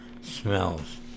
Smells